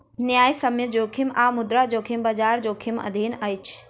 न्यायसम्य जोखिम आ मुद्रा जोखिम, बजार जोखिमक अधीन अछि